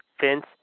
Vince